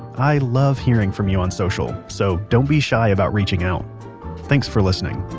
i love hearing from you on social, so don't be shy about reaching out thanks for listening